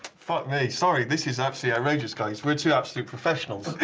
fuck me. sorry, this is absolutely outrageous, guys, we're two absolute professionals.